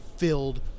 Filled